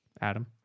Adam